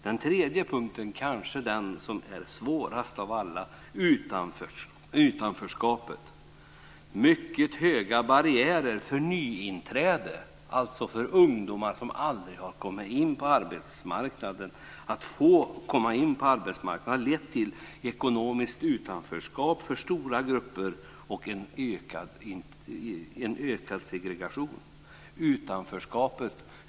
För det andra har de bidragit till det som kanske är svårast, nämligen utanförskap. Mycket höga barriärer för nytillträdande på arbetsmarknaden, alltså för ungdomar som aldrig har kommit in på arbetsmarknaden, har lett till ekonomiskt utanförskap för stora grupper och en ökad segregation.